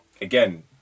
again